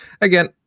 again